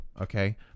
okay